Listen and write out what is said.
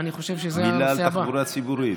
מילה על התחבורה הציבורית.